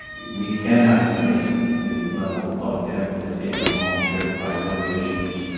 we cannot sustain the level of public debt that we are taking on driven by a number of issues,